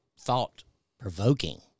thought-provoking